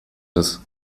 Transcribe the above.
ist